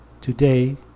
Today